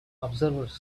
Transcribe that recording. observers